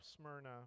Smyrna